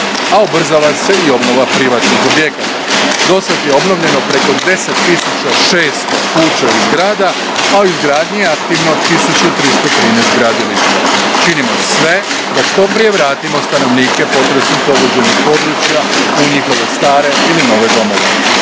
a ubrzava se i obnova privatnih objekata. Dosad je obnovljeno preko 10600 kuća i zgrada, a u izgradnji je aktivno 1313 gradilišta. Činimo sve da što prije vratimo stanovnike potresom pogođenih područja u njihove stare ili nove domove.